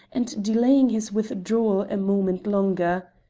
and delaying his withdrawal a moment longer.